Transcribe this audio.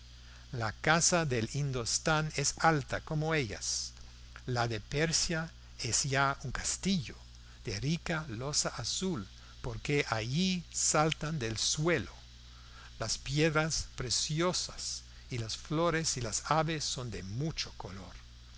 la casa del indostán es alta como ellas la de persia es ya un castillo de rica loza azul porque allí saltan del suelo las piedras preciosas y las flores y las aves son de mucho color